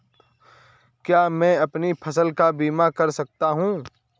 क्या मैं अपनी फसल का बीमा कर सकता हूँ?